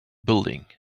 building